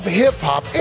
hip-hop